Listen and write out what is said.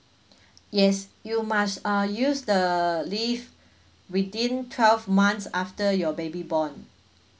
yes you must uh use the leave within twelve months after your baby born